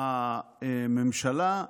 באישור הממשלה,